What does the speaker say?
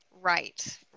Right